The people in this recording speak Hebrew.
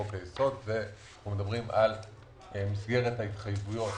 אנחנו מדברים על מסגרת ההתחייבויות,